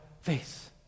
face